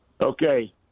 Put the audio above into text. Okay